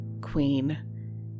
Queen